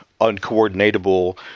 uncoordinatable